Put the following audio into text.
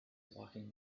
walking